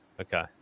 Okay